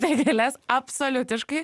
apie gėles absoliutiškai